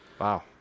Wow